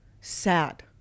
sad